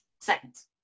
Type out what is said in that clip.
seconds